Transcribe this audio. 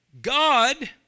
God